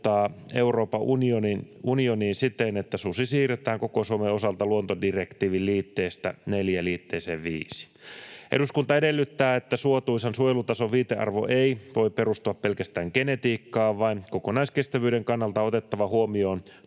Euroopan unioniin sitten, että susi siirretään koko Suomen osalta luontodirektiivin liitteestä IV liitteeseen V.” ”Eduskunta edellyttää, että suotuisan suojelutason viitearvo ei voi perustua pelkästään genetiikkaan, vaan kokonaiskestävyyden kannalta on otettava huomioon